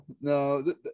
no